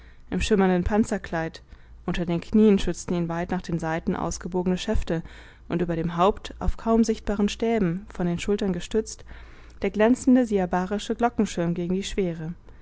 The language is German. im schimmernden panzerkleid unter den knien schützten ihn weit nach den seiten ausgebogene schäfte und über dem haupt auf kaum sichtbaren stäben von der schulter gestützt der glänzende diabarische glockenschirm gegen die schwere